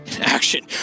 Action